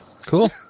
cool